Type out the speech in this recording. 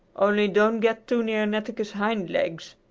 only don't get too near netteke's hind legs.